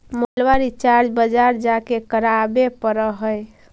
मोबाइलवा रिचार्ज बजार जा के करावे पर है?